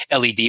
LED